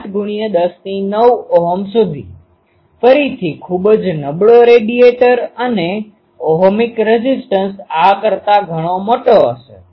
8109 Ω સુધી ફરીથી ખૂબ જ નબળો રેડિએટર અને ઓહમિક રેઝીસ્ટન્સ આ કરતા ઘણો મોટો હશે